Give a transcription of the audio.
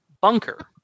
bunker